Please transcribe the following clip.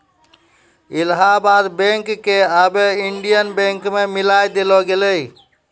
Allahabad bank क आबै Indian बैंको मे मिलाय देलो गेलै